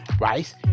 rice